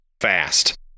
fast